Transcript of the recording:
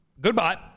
goodbye